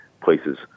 places